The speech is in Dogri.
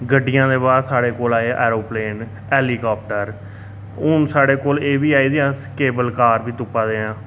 गड्डियां दे बाद साढे कोल आए एैरोप्लेन हैलीकॉप्टर हुन साढ़े कोल एह् बी आई दी अस केबल कार बी तुप्पा दे आं